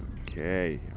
Okay